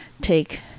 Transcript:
take